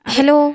Hello